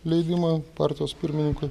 leidimą partijos pirmininkui